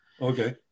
Okay